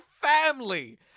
Family